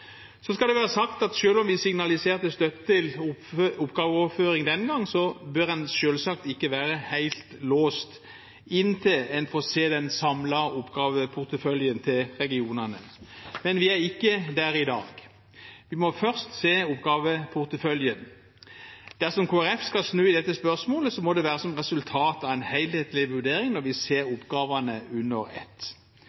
Så skal det være sagt at selv om vi signaliserte støtte til oppgaveoverføring den gang, bør en selvsagt ikke være helt låst inntil en får se den samlede oppgaveporteføljen til regionene. Men vi er ikke der i dag. Vi må først se oppgaveporteføljen. Dersom Kristelig Folkeparti skal snu i dette spørsmålet, må det være som resultat av en helhetlig vurdering der vi ser